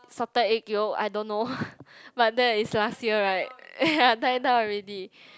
salted egg yolk I don't know but that is last year right ya die down already